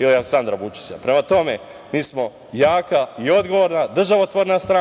i Aleksandra Vučića. Prema tome, mi smo jaka i odgovorna, državotvorna stranka